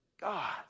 God